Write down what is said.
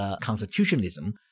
constitutionalism